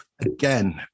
again